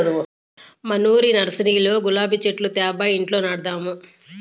మనూరి నర్సరీలో గులాబీ చెట్లు తేబ్బా ఇంట్ల నాటదాము